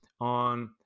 on